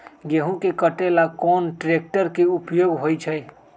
गेंहू के कटे ला कोंन ट्रेक्टर के उपयोग होइ छई?